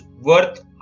worth